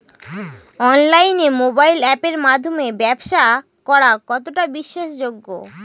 অনলাইনে মোবাইল আপের মাধ্যমে ব্যাবসা করা কতটা বিশ্বাসযোগ্য?